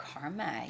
karma